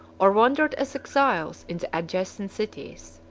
or wandered as exiles in the adjacent cities.